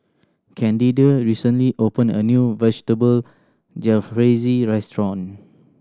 Candida recently opened a new Vegetable Jalfrezi Restaurant